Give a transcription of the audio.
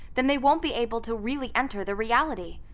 then they won't be able to really enter the reality.